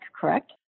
correct